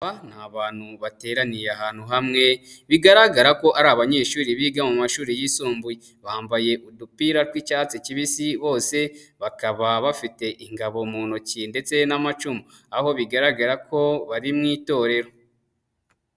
Aba ni abantu bateraniye ahantu hamwe bigaragara ko ari abanyeshuri biga mu mashuri yisumbuye, bambaye udupira tw'icyatsi kibisi bose bakaba bafite ingabo mu ntoki ndetse n'amacumu, aho bigaragara ko bari mu itorero.